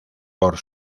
por